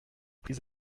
prises